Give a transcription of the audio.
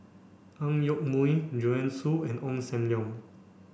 Ang Yoke Mooi Joanne Soo and Ong Sam Leong